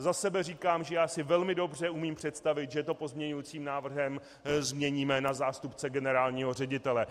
Za sebe říkám, že já si velmi dobře umím představit, že to pozměňujícím návrhem změníme na zástupce generálního ředitele.